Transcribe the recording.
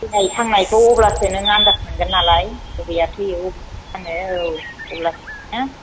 थैनाय थांनायखौ अब्लासो नों आन्दास मोनगोन नालाय बबेया थैयो बबेया थाङो औ अब्लासो नोङो